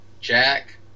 Jack